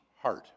heart